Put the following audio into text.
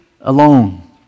alone